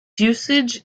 usage